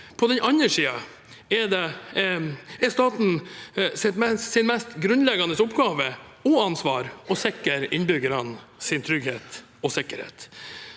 På den andre siden er statens mest grunnleggende oppgave og ansvar å sikre innbyggernes trygghet og sikkerhet.